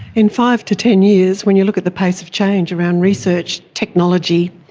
in five to ten years when you look at the pace of change around research, technology,